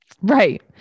Right